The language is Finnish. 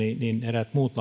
eräät muut